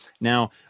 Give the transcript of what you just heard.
Now